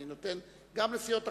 אני נותן גם לסיעות אחרות,